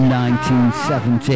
1970